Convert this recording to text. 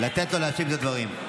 לתת לו להשיב על הדברים.